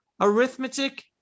arithmetic